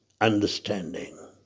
understanding